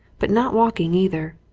but not walking either,